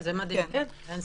כן, זה מדהים, אין ספק.